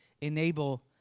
enable